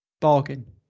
Bargain